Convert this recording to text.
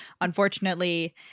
unfortunately